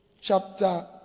chapter